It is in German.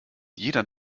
jeder